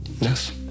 yes